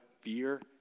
fear